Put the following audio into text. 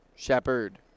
Shepard